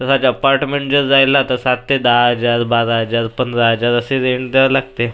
तसंच अपार्टमेंट जर राहिला तर सात ते दहा हजार बारा हजार पंधरा हजार असे रेंट द्यावे लागते